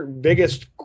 biggest